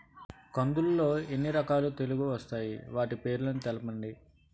కందులు లో ఎన్ని రకాల తెగులు వస్తాయి? వాటి పేర్లను తెలపండి?